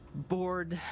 bored.